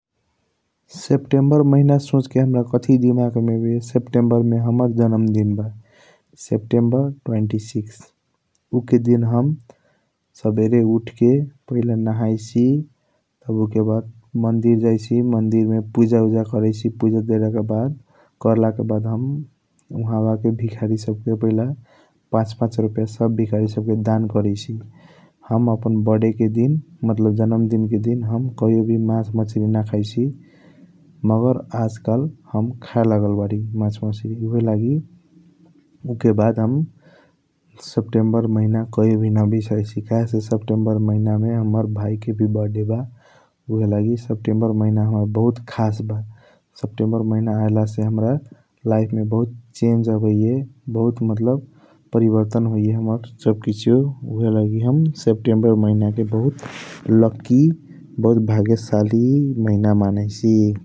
सप्टेंबर महीन सोच क हाम्रा कथी दिमाग मे आबाइया सप्टेंबर मे हाम्रा जन्म दिन ब कहके सप्टेंबर टॉवन्ती सिक्स उ के दिन हम सबेरे उठ के पहिला नहाइसी उके बाद मंदिर जैसी । मंदिर मे पूजा उजा करैसी मंदिर मे पूजा कार्ल के बाद उहाबा के भिकारी सब के पहिला पाच पाच रुपैया सब के दान करैसी हम अपना बर्थ्डै के दिन मतलब जनमंदिन के दिन हम कहियों वी मास मसरी न खाईसी । मगर आज काल मगर हम खाया लगल बारी मास मसरी ऊहएलगी उके बाद हम सप्टेंबर महिना कहियों न बिसराईसी कहेसे सप्टेंबर महिना मे हाम्रा भाई के वी बिरथड़े बा । ऊहएलगी सप्टेंबर महिना बारी खास बा सप्टेंबर महिना आयल से हाम्रा लाइफ मे बहुत चेंज आबाइया बहुत मतलब परिवर्तन होई । हाम्रा सब किसियों ऊहएलगी सप्टेंबर महिना के लकी बहुत भाग्य साली महिना मनाइसी ।